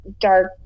dark